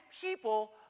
people